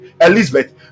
elizabeth